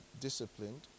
disciplined